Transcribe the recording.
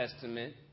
Testament